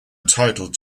entitled